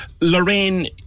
Lorraine